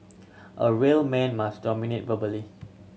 a real man must dominate verbally